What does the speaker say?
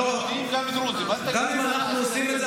גם אם אנחנו עושים את זה,